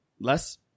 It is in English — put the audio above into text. Less